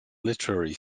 literary